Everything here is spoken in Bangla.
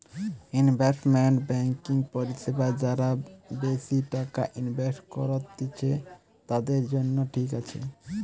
ইনভেস্টমেন্ট বেংকিং পরিষেবা যারা বেশি টাকা ইনভেস্ট করত্তিছে, তাদের জন্য ঠিক আছে